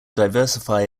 diversify